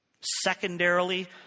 Secondarily